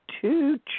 two